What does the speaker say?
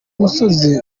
musozi